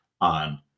on